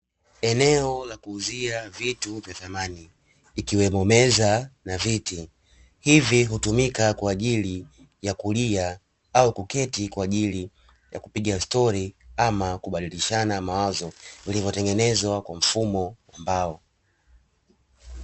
Eneo la kuuzia vitu vya samani ikiwemo meza na viti. Hivi hutumika kwa ajili ya kulia au kuketi kwa ajili ya kupiga stori ama kubadilishana mawazo, vilivyotengenezwa kwa mfumo wa mbao.